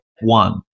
one